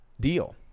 deal